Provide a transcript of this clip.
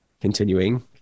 Continuing